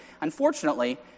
Unfortunately